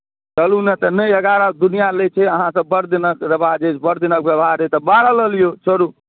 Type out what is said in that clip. चलू ने तऽ नहि एगारह दुनिआँ लैत छै अहाँसँ बड्ड दिनक रिवाज अछि बड्ड दिनक व्यवहार अछि तऽ बारह लऽ लियौ छोड़ू